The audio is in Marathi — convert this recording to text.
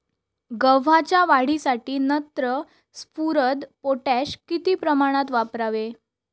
गव्हाच्या वाढीसाठी नत्र, स्फुरद, पोटॅश किती प्रमाणात वापरावे?